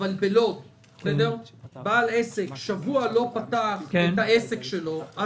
אבל בלוד בעל עסק שבוע לא פתח את העסק שלו,